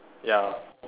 ya